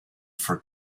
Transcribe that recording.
for